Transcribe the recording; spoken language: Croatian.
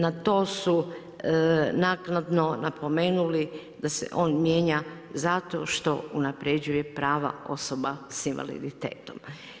Na to su naknadno napomenuli da se on mijenja zato što unapređuje prava osoba sa invaliditetom.